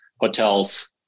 hotels